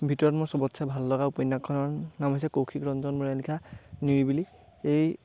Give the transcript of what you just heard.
ভিতৰত মোৰ চবতচে ভাল লগা উপন্যাসখনৰ নাম হৈছে কৌশিক ৰঞ্জন বৰাই লিখা নিৰিবিলি এই